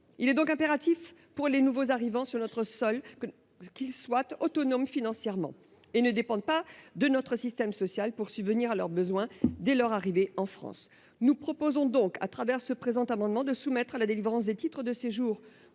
Il est donc impératif que les nouveaux arrivants sur notre sol soient financièrement autonomes et qu’ils ne dépendent pas de notre système social pour subvenir à leurs besoins dès leur arrivée en France. Nous proposons donc, au travers du présent amendement, de soumettre la délivrance des titres de séjour